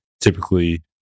typically